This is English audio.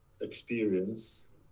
experience